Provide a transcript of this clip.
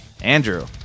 Andrew